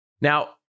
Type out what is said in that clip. Now